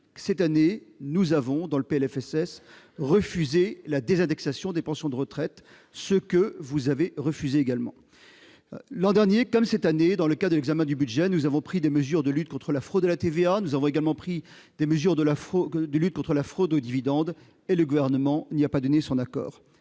Cette année, nous avons, dans le PLFSS, refusé la désindexation des pensions de retraite, que vous avez pourtant confirmée. L'an dernier, comme cette année, dans le cadre de l'examen du budget, nous avons pris des mesures de lutte contre la fraude à la TVA, ainsi que des mesures de lutte contre la fraude aux dividendes, et le Gouvernement n'a pas donné son accord.